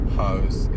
house